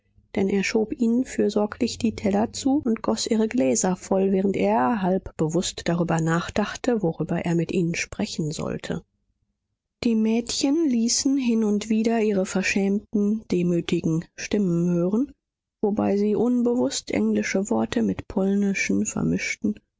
denn er schob ihnen fürsorglich die teller zu und goß ihre gläser voll während er halb bewußt darüber nachdachte worüber er mit ihnen sprechen solle die mädchen ließen hin und wieder ihre verschämten demütigen stimmen hören wobei sie unbewußt englische worte mit polnischen vermischten